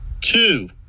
Two